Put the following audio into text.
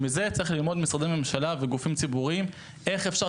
משרדי ממשלה וגופים ציבורים צריכים ללמוד מזה איך אפשר